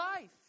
life